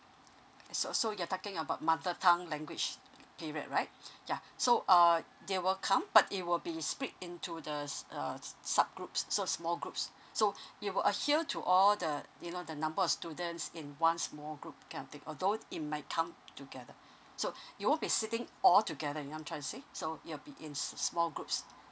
so so you're talking about mother tongue language period right yeah so uh they will come but it will be speak into the uh uh sub group so small groups so it will adhere to all the you know the number of students in one small group kind of thing although it might come together so it won't be sitting altogether you know what I'm trying to say so it will be in small groups